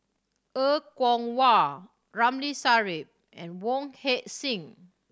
Er Kwong Wah Ramli Sarip and Wong Heck Sing